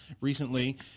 recently